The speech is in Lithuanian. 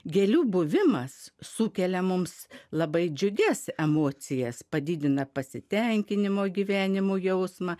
gėlių buvimas sukelia mums labai džiugias emocijas padidina pasitenkinimo gyvenimu jausmą